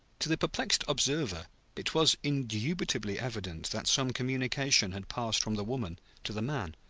to the perplexed observer it was indubitably evident that some communication had passed from the woman to the man.